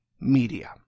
Media